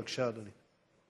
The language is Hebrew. בבקשה, אדוני.